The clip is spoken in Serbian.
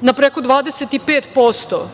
na preko 25%,